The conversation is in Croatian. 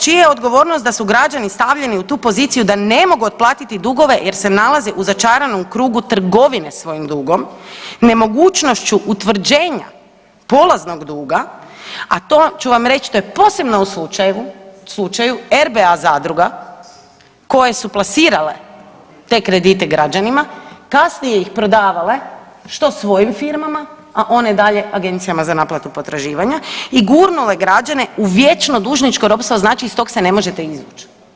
Čija je odgovornost da su građani stavljeni u tu poziciju da ne mogu otplatiti dugove jer se nalaze u začaranom krugu trgovine svojim dugom, nemogućnošću utvrđenja polaznog duga, a to ću vam reći to je posebno u slučaju RBA zadruga koje su plasirale te kredite građanima, kasnije ih prodavale što svojim firmama, a one dalje agencijama za naplatu potraživanja i gurnule građane u vječno dužničko ropstvo znači iz tog se ne možete izvuć.